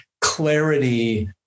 clarity